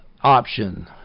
option